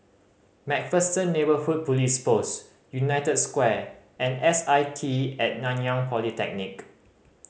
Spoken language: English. Macpherson Neighbourhood Police Post United Square and S I T At Nanyang Polytechnic